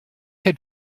had